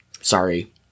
Sorry